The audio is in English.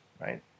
right